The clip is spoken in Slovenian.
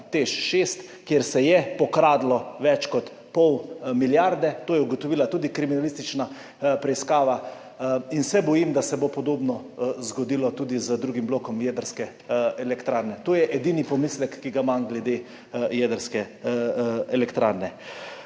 TEŠ6, kjer se je pokradlo več kot pol milijarde, to je ugotovila tudi kriminalistična preiskava. Bojim se, da se bo podobno zgodilo tudi z drugim blokom jedrske elektrarne. To je edini pomislek, ki ga imam glede jedrske elektrarne.